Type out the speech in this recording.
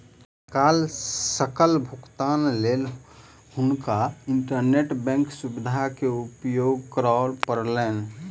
तत्काल सकल भुगतानक लेल हुनका इंटरनेट बैंकक सुविधा के उपयोग करअ पड़लैन